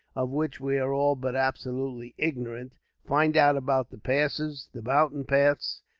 of which we are all but absolutely ignorant find out about the passes, the mountain paths,